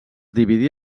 dividí